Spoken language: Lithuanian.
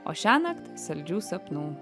o šiąnakt saldžių sapnų